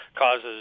causes